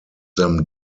them